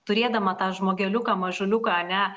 turėdama tą žmogeliuką mažuliuką ane